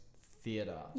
theatre